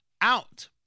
out